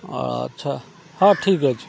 ଆଚ୍ଛା ହ ଠିକ୍ ଅଛି